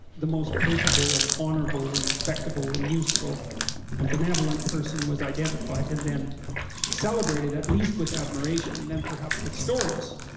the most capable and honorable and respectable and useful and benevolent person was identified and then celebrated as least with admiration, and thenperhaps with stories